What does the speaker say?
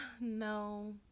No